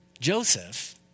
Joseph